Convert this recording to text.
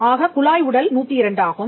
ஆக குழாய் உடல் 102 ஆகும்